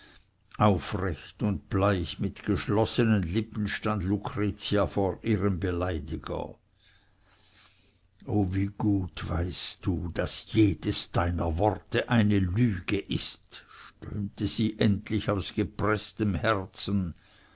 aufrecht und bleich mit geschlossenen lippen stand lucretia vor ihrem beleidiger o wie gut weißt du daß jedes deiner worte eine lüge ist stöhnte sie endlich aus gepreßtem herzen